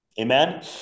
Amen